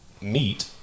meet